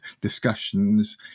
discussions